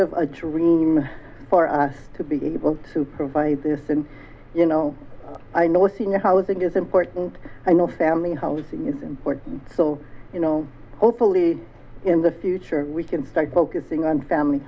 of a dream for us to be able to provide this and you know i know senior housing is important i know family housing is important so you know hopefully in the future we can start focusing on family